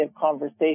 conversation